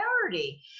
priority